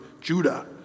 Judah